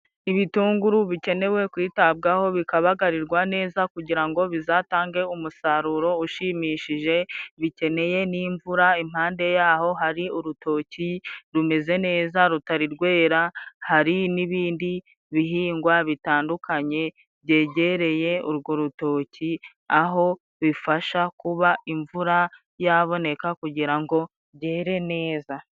Ibitunguru bikenewe kwitabwaho bikabagarirwa neza, kugira ngo bizatange umusaruro ushimishije, bikeneye n'imvura. Impande y'aho hari urutoki rumeze neza rutari rwera, hari n'ibindi bihingwa bitandukanye byegereye urwo rutoki, aho bifasha kuba imvura yaboneka kugira ngo byere neza.